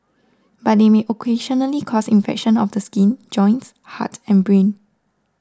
but they may occasionally cause infections of the skin joints heart and brain